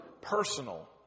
personal